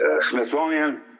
Smithsonian